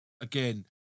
again